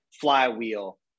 flywheel